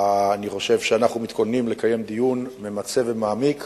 אני חושב שאנחנו מתכוננים לקיים דיון ממצה, מעמיק